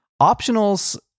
optionals